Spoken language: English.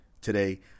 today